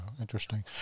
interesting